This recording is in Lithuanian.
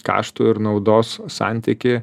kaštų ir naudos santykį